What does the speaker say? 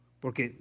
Porque